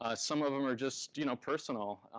ah some of them are just you know personal,